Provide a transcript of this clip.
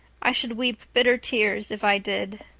i should weep bitter tears if i did.